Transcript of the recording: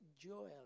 Joel